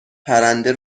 پرنده